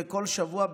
וכל שבוע,